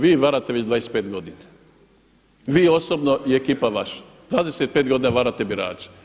Vi varate već 25 godina, vi osobno i ekipa vaša 25 godina varate birače.